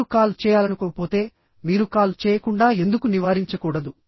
మీరు కాల్ చేయాలనుకోకపోతే మీరు కాల్ చేయకుండా ఎందుకు నివారించకూడదు